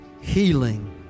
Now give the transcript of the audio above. healing